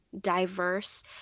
diverse